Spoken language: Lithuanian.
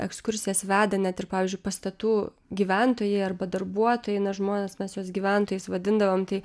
ekskursijas veda net ir pavyzdžiui pastatų gyventojai arba darbuotojai na žmonės mes jos gyventojais vadindavom tai